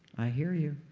i hear you.